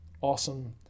awesome